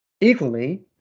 Equally